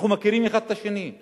אנחנו מכירים אחד את השני.